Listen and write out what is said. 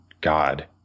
God